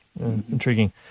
intriguing